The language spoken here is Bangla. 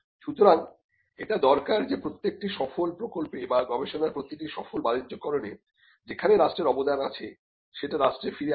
সুতরাং এটা দরকার যে প্রত্যেকটি সফল প্রকল্পে বা গবেষণার প্রতিটি সফল বাণিজ্যকরণে যেখানে রাষ্ট্রের অবদান আছে সেটা রাষ্ট্রে ফিরে আসে